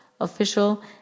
official